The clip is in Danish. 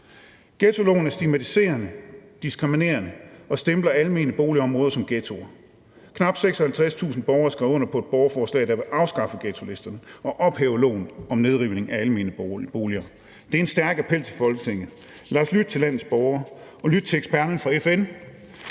Ghettoloven er stigmatiserende og diskriminerende og stempler almene boligområder som ghettoer. Knap 56.000 borgere har skrevet under på et borgerforslag, der vil afskaffe ghettolister og ophæve loven om nedrivning af almene boliger. Det er en stærk appel til Folketinget. Lad os lytte til landets borgere og lytte til eksperterne fra FN